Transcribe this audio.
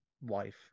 wife